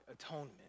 atonement